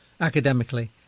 academically